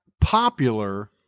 popular